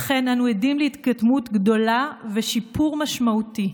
אכן, אנו עדים להתקדמות גדולה ושיפור משמעותי,